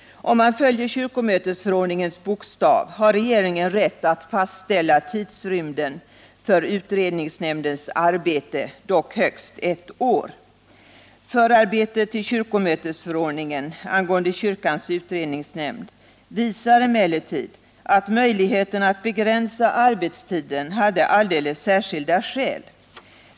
Om man följer kyrkomötesförordningens bokstav, har regeringen rätt att fastställa tidrymden för utredningsnämndens arbete, dock högst ett år. Förarbetet till kyrkomötesförordningen angående kyrkans utredningsnämnd visar emellertid att möjligheterna att begränsa arbetstiden hade alldeles särskilda skäl.